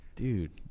dude